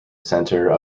center